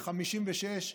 56',